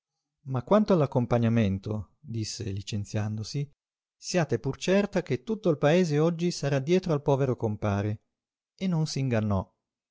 ma quanto all'accompagnamento disse licenziandosi siate pur certa che tutto il paese oggi sarà dietro al povero compare e non s'ingannò